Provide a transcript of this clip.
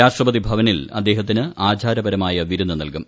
രാഷ്ട്രപതി ഭവനിൽ അദ്ദേഹത്തിന് ആചാരപരമായ വിരുന്ന് നൂൽക്കും